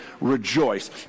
rejoice